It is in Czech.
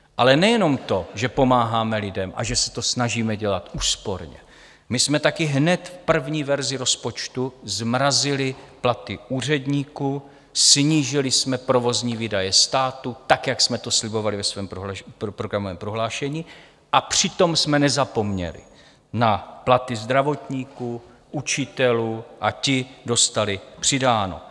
Ale nejenom to, že pomáháme lidem a že se to snažíme dělat úsporně, my jsme taky hned v první verzi rozpočtu zmrazili platy úředníků, snížili jsme provozní výdaje státu tak, jak jsme to slibovali ve svém programovém prohlášení, a přitom jsme nezapomněli na platy zdravotníků, učitelů a ti dostali přidáno.